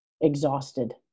exhausted